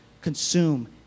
consume